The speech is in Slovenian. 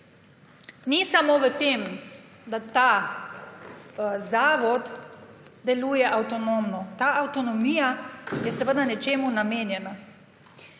ni samo v tem, da ta zavod deluje avtonomno. Ta avtonomija je seveda nečemu namenjena.